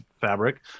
fabric